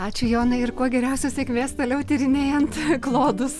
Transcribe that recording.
ačiū jonai ir kuo geriausios sėkmės toliau tyrinėjant klodus